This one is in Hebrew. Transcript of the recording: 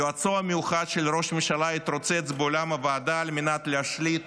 יועצו המיוחד של ראש הממשלה יתרוצץ באולם הוועדה על מנת להשליט